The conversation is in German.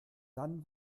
dann